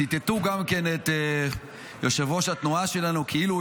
ציטטו גם את יושב-ראש התנועה שלנו כאילו הוא